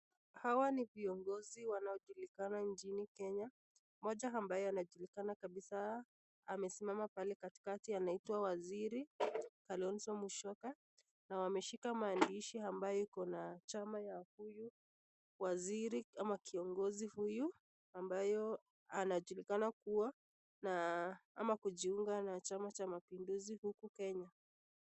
Hawa ni viongozi wanaojulikana nchini Kenya. Mmoja ambaye anajulikana kabisa, amesimama pale katikati anaitwa waziri Kalonzo Musyoka, na wameshika maandishi ambayo iko na chama ya huyu waziri ama kiongozi huyu ambayo anajulikana kuwa na ama anajiunga na chama cha mapinduzi huku Kenya.